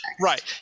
Right